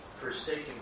forsaken